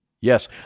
Yes